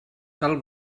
cal